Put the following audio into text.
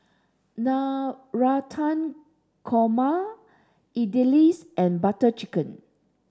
Navratan Korma Idili's and Butter Chicken